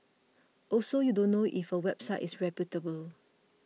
also you don't know if a website is reputable